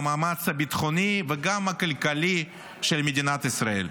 פגיעה במאמץ הביטחוני וגם הכלכלי של מדינת ישראל.